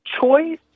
Choice